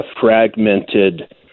fragmented